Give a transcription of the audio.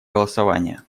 голосования